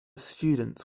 students